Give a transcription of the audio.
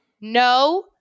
no